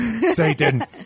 Satan